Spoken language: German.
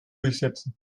durchsetzen